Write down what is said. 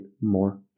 more